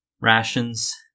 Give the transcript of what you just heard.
Rations